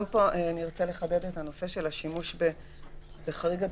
גם פה נרצה לחדד את נושא השימוש בחריג הדחיפות,